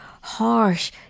harsh